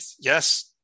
yes